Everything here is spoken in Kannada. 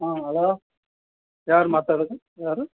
ಹಾಂ ಅಲೋ ಯಾರು ಮಾತಾಡೋದು ಯಾರು